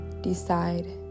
decide